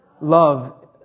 Love